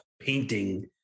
painting